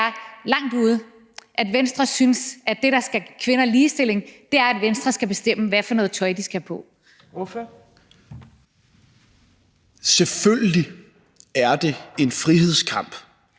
det er langt ude, at Venstre synes, at det, der skal give kvinder ligestilling, er, at Venstre skal bestemme, hvad for noget tøj de skal have på. Kl. 11:42 Fjerde næstformand